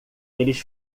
eles